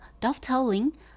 dovetailing